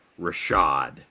Rashad